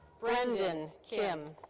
brendon kim.